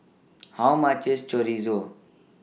How much IS Chorizo